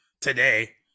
today